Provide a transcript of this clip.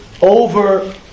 over